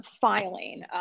filing